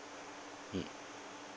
mm